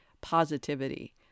positivity